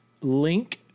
link